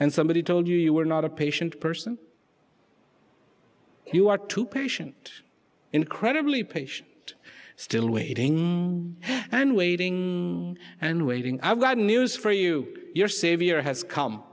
and somebody told you you were not a patient person you are too patient incredibly patient still waiting and waiting and waiting i've got news for you your savior has come